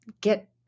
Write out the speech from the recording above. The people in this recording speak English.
get